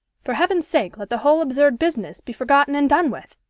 for heaven's sake, let the whole absurd business be forgotten and done with!